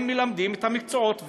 הם מלמדים את המקצועות,